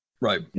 Right